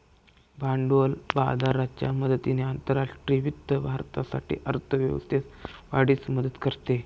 भांडवल बाजाराच्या मदतीने आंतरराष्ट्रीय वित्त भारतासाठी अर्थ व्यवस्थेस वाढीस मदत करते